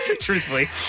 Truthfully